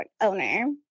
owner